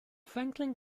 franklin